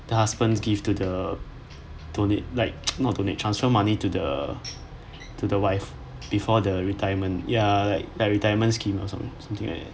the husband gives to the donate like not donate transfer money to the to the wife before the retirement ya like like retirement scheme or something something like that